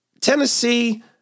Tennessee